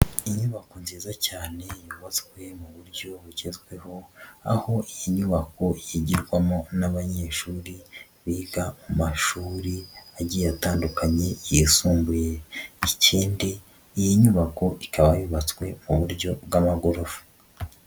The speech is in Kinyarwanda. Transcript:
Inyubako nziza cyane yubatswe mu buryo bugezweho, aho iyi inyubako yigirwamo n'abanyeshuri biga mu mashuri agiye atandukanye yisumbuye, ikindi iyi nyubako ikaba yubatswe mu buryo bw'amagorofa.